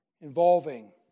involving